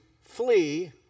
flee